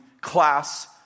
class